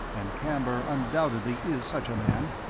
and camber undoubtedly is such a man,